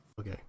Okay